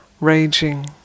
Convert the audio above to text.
raging